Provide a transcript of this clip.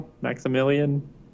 Maximilian